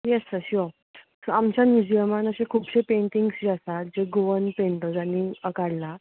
येस sir sure so आमच्या म्युजिसमान अशो खूबश्यो पेण्टींग्स जे आसा जो गोवन पेण्टर्सानी कडला